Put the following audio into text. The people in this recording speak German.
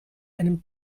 einem